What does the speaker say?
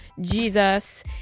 Jesus